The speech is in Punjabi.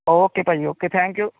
ਓਕੇ ਭਾਅ ਜੀ ਓਕੇ ਥੈਂਕ ਯੂ